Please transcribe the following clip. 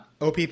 OPP